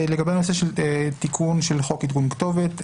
לגבי הנושא של תיקון של חוק עדכון כתובת.